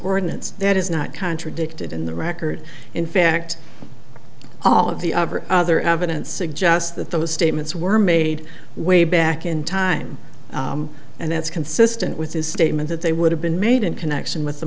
ordinance that is not contradicted in the record in fact all of the of or other evidence suggests that those statements were made way back in time and that's consistent with his statement that they would have been made in connection with the